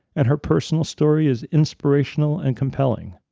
and her personal story is inspirational and compelling.